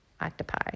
Octopi